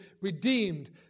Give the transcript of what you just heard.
redeemed